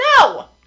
no